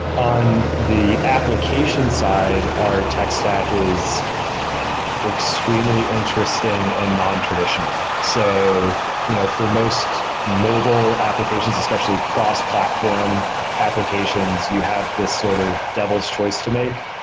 on the application side, our tech stack is extremely interesting and nontraditional. so you know for most mobile applications, especially cross-platform applications, you have this sort of devil's choice to make.